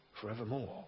Forevermore